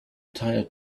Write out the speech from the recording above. tired